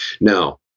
Now